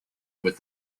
with